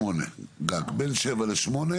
פיצול לשני מגרשים בעוד שבדרך כלל הדיונים הם על שלושה